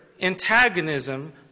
antagonism